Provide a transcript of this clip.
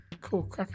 cool